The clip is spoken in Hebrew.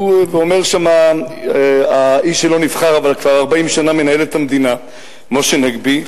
אומר שם האיש שלא נבחר אבל כבר 40 שנה מנהל את המדינה משה נגבי,